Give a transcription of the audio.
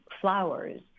flowers